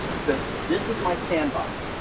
because this is my sandbox,